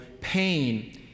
pain